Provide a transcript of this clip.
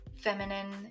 feminine